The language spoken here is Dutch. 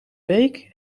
beek